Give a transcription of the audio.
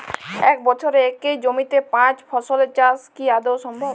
এক বছরে একই জমিতে পাঁচ ফসলের চাষ কি আদৌ সম্ভব?